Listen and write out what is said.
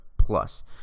plus